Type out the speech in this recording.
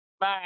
Bye